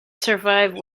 survived